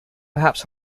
perhaps